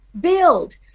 build